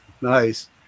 Nice